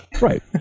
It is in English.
Right